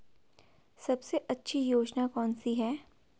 सबसे अच्छी योजना कोनसी है?